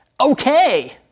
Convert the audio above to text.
okay